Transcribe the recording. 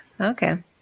Okay